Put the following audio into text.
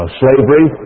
slavery